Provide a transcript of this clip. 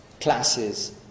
classes